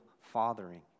fathering